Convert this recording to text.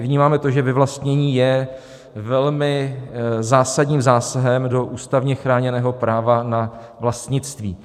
Vnímáme to, že vyvlastnění je velmi zásadním zásahem do ústavně chráněného práva na vlastnictví.